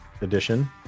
edition